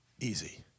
Easy